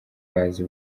bazi